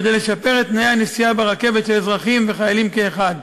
וכדי לשפר את תנאי הנסיעה ברכבת של אזרחים וחיילים כאחד.